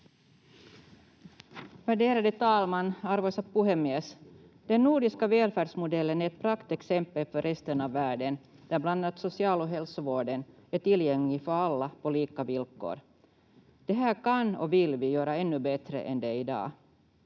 Värderade talman, arvoisa puhemies! Den nordiska välfärdsmodellen är ett praktexempel för resten av världen, där bland annat social- och hälsovården är tillgänglig för alla på lika villkor. Det här kan och vill vi göra ännu bättre än det är i dag.